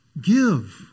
Give